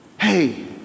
Hey